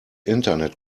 internet